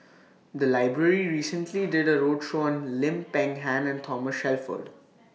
The Library recently did A roadshow on Lim Peng Han and Thomas Shelford